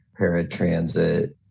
paratransit